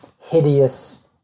hideous